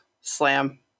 Slam